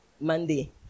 Monday